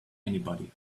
anybody